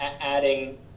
adding